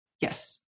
Yes